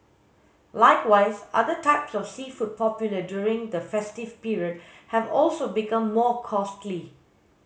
likewise other types of seafood popular during the festive period have also become more costly